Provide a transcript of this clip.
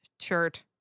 shirt